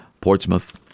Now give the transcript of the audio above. Portsmouth